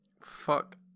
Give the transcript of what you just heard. fuck